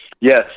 yes